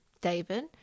David